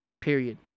period